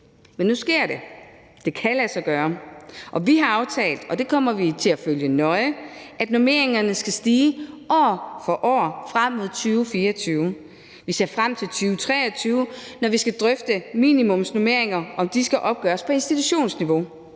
Men nu sker det. Det kan lade sig gøre. Og vi har aftalt – det kommer vi til at følge nøje – at normeringerne skal stige år for år frem mod 2024. Vi ser frem til 2023, når vi skal drøfte minimumsnormeringer, altså om de skal opgøres på institutionsniveau.